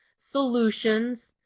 solutions,